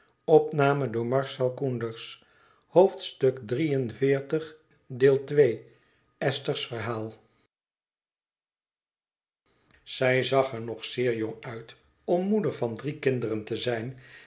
zij zag er nog zeer jong uit om moeder van drie kinderen te zijn